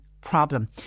problem